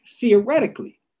theoretically